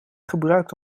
gebruikt